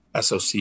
SOC